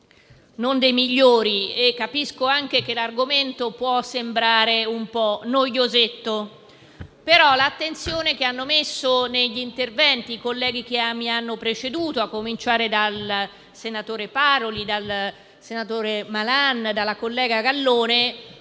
non dei migliori. Capisco anche che l'argomento possa sembrare un po' noioso, ma la cura che hanno messo negli interventi i colleghi che mi hanno preceduto, dal senatore Paroli al senatore Malan e alla collega Gallone,